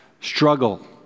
struggle